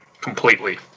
completely